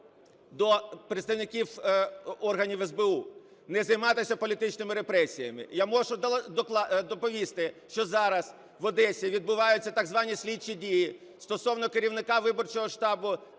до представників органів СБУ не займатися політичними репресіями. Я можу доповісти, що зараз в Одесі відбуваються так звані слідчі дії стосовно керівника виборчого штабу